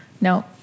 No